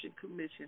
commission